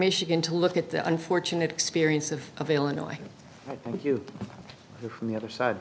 michigan to look at the unfortunate experience of of illinois thank you from the other side